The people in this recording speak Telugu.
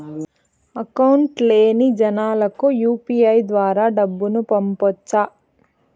అకౌంట్ లేని జనాలకు యు.పి.ఐ ద్వారా డబ్బును పంపొచ్చా?